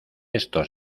estos